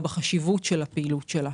או בחשיבות של הפעילות שלה.